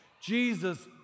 Jesus